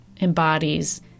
embodies